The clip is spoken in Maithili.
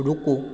रूकू